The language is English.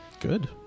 Good